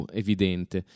evidente